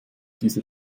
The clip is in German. diese